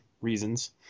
reasons